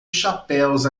chapéus